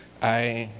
i